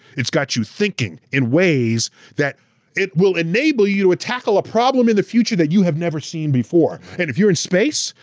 it's got you thinking in ways that it will enable you to tackle a problem in the future that you have never seen before, and if you're in space,